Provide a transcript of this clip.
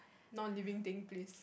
non-living thing please